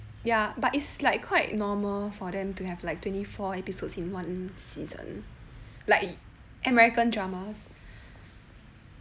ya but it's like quite normal for them to have like twenty four episodes in one season like american dramas